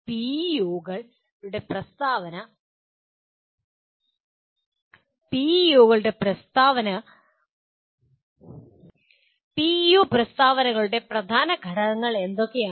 PEO പ്രസ്താവനകളുടെ പ്രധാന ഘടകങ്ങൾ എന്തൊക്കെയാണ്